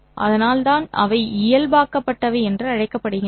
அதனால் தான் அவை இயல்பாக்கப்பட்டவை என்று அழைக்கப்படுகின்றன